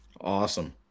Awesome